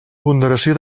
ponderació